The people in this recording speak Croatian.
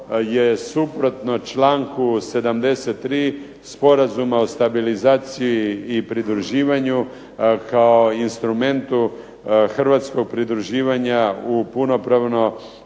je suprotno članku 73. Sporazuma o stabilizaciji i pridruživanju a kao instrumentu hrvatskog pridruživanja u punopravno